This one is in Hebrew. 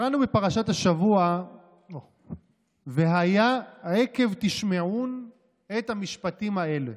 קראנו בפרשת השבוע "והיה עקב תשמעון את המשפטים האלה".